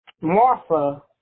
Martha